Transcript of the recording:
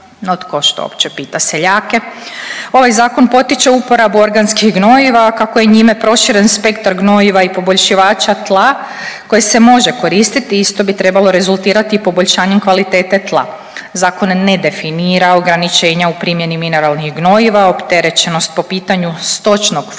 No tko što uopće pita seljake. Ovaj zakon potiče uporabu organskih gnojiva, a kako je njime proširen spektar gnojiva i poboljšivača tla koji se može koristiti isto bi trebalo rezultirati poboljšanjem kvalitete tla. Zakon ne definira ograničenja u primjeni mineralnih gnojiva, opterećenost po pitanju stočnog fonda